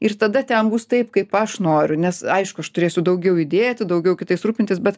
ir tada ten bus taip kaip aš noriu nes aišku aš turėsiu daugiau įdėti daugiau kitais rūpintis bet